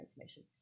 information